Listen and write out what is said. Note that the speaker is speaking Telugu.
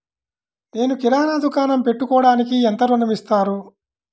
నేను కిరాణా దుకాణం పెట్టుకోడానికి ఎంత ఋణం ఇస్తారు?